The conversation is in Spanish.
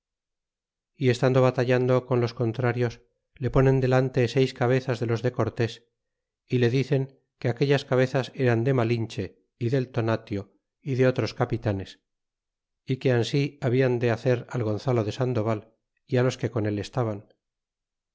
y es tando batallando con los contrarios le ponen delante seis cabezas de los de cortes y le dicen que aquellas cabezas eran de malinche y del tonatio y de otros capitanes y que ansi hablan de hacer al gonzalo de sandoval y los que con él estaban